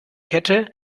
kette